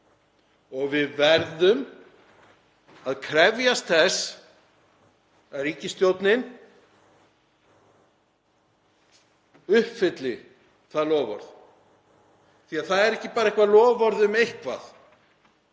Við verðum að krefjast þess að ríkisstjórnin uppfylli það loforð því það er ekki bara eitthvert loforð um eitthvað.